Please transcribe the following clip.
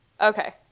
okay